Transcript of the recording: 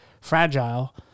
fragile